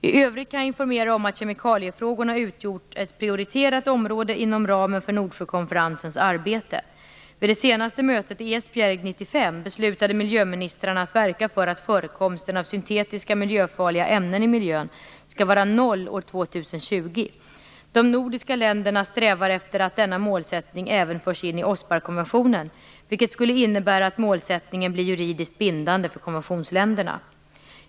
I övrigt kan jag informera om att kemikaliefrågorna utgjort ett prioriterat område inom ramen för Esbjerg 1995 beslutade miljöministrarna att verka för att förekomsten av syntetiska miljöfarliga ämnen i miljön skall vara noll år 2020. De nordiska länderna strävar efter att denna målsättning även förs in i Osparkonventionen, vilket skulle innebära att målsättningen blir juridiskt bindande för konventionsländerna.